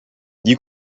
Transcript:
you